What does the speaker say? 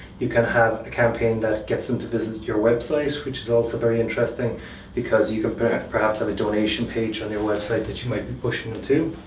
you can have a campaign that gets them to visit your website, which is also very interesting because you can perhaps have a donation page on your website that you might be pushing them to.